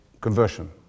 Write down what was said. conversion